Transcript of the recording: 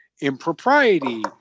impropriety